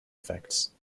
effects